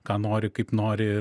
ką nori kaip nori